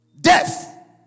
Death